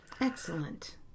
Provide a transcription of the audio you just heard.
Excellent